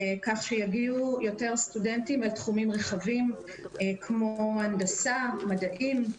כך שיגיעו יותר סטודנטים לתחומים רחבים כמו הנדסה ומדעים.